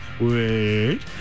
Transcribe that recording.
wait